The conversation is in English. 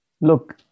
Look